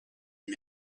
and